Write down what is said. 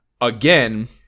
again